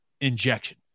injection